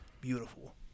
beautiful